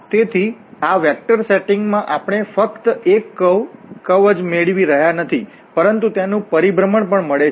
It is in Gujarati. તેથી આ વેક્ટરસેટિંગમાં આપણે ફક્ત એક કર્વ વળાંક જ મેળવી રહ્યા નથી પરંતુ તેનું પરિભ્રમણ ઓરિએન્ટેશન પણ મળે છે